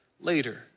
later